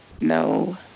no